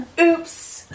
Oops